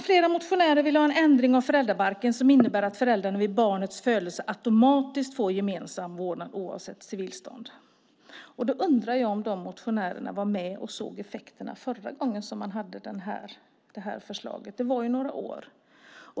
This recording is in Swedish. Flera motionärer vill ha en ändring av föräldrabalken som innebär att föräldrar vid barnets födelse automatiskt får gemensam vårdnad oavsett civilstånd. Då undrar jag om dessa motionärer såg effekterna förra gången som vi hade det så. Det varade några år.